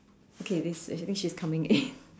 okay this actually she's coming in (pbb)